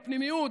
הפנימיות,